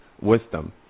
wisdom